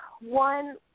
One